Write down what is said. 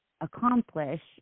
accomplish